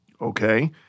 Okay